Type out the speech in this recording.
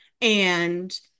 and-